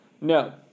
No